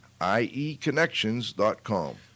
ieconnections.com